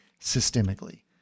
systemically